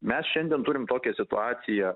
mes šiandien turim tokią situaciją